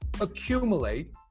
accumulate